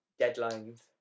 deadlines